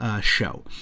show